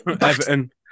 Everton